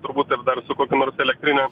turbūt ir dar kokiu nors elektrine